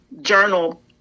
journal